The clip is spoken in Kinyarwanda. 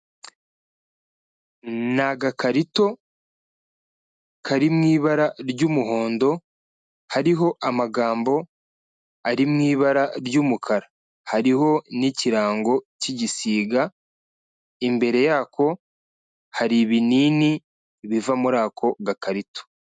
Ni agakarito kari mu ibara ry'umuhondo hariho amagambo ari mu ibara ry'umukara, hariho n'ikirango cy'igisiga, imbere yako hari ibinini biva muri ako gakarito.